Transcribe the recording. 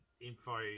info